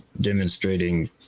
demonstrating